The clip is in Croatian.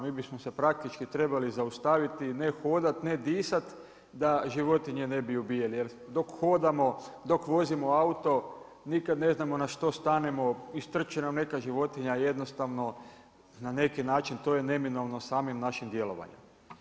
Mi bismo se praktički trebali zaustaviti, ne hodati, ne disati da životinje ne bi ubijali jer dok hodamo, dok vozimo auto, nikad ne znam na što stanemo, istrči nam neka životinja jednostavno na neki način to je neminovno samim našim djelovanjem.